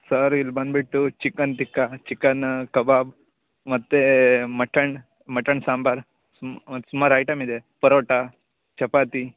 sir ಇಲ್ಲಿ ಬಂದುಬಿಟ್ಟು chicken tikka chicken kebab ಮತ್ತು ಮಟನ್ ಮಟನ್ ಸಾಂಬಾರು ಮ್ ಸುಮಾರು ಐಟಮ್ ಇದೆ ಪರೋಟ ಚಪಾತಿ